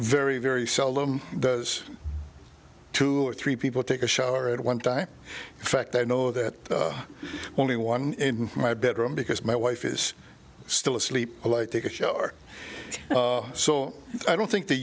very very seldom does two or three people take a shower at one time fact i know that only one in my bedroom because my wife is still asleep a light take a shower so i don't think the